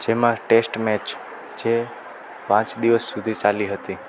જેમાં test match જે પાંચ દિવસ સુધી ચાલી હતી